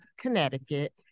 Connecticut